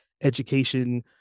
education